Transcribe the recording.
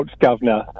governor